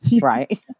right